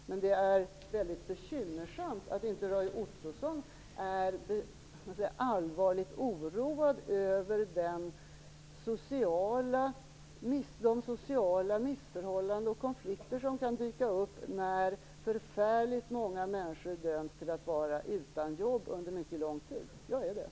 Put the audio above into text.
Men det är väldigt bekymmersamt att inte Roy Ottosson är allvarligt oroad över de sociala missförhållanden och konflikter som kan dyka upp när förfärligt många människor döms till att vara utan jobb under mycket lång tid. Jag är det.